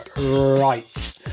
right